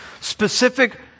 specific